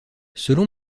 selon